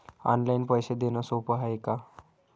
Online पैसे देण सोप हाय का?